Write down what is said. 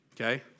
okay